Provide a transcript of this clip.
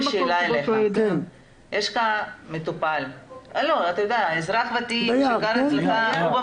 יש אזרח ותיק שגר אצלך,